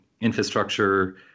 infrastructure